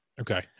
Okay